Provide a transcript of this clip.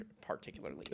particularly